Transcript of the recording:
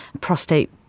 Prostate